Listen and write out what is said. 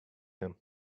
him